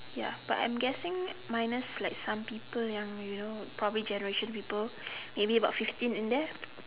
ya but I'm guessing minus like some people young you know generation people probably about fifteen in there